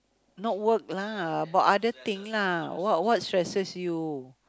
not work lah about other thing lah what what stresses you